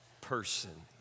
person